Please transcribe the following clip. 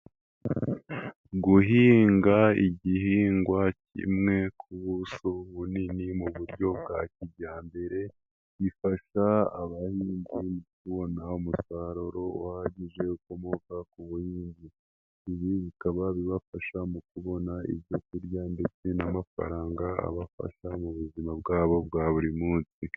Guhinga igihingwa kimwe ku buso bunini mu buryo bwa kijyambere bifasha abahinzi kubona umusaruro uhagije ukomoka ku buhinzi, ibi bikaba bibafasha mu kubona ibyo kurya ndetse n'amafaranga abafasha mu buzima bwabo bwa buri munsi.